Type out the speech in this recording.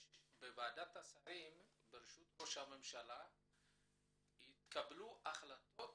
בוועדת השרים בראשות ראש הממשלה התקבלו החלטות